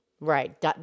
Right